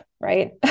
right